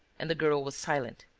and the girl was silent.